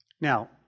Now